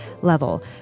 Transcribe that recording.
level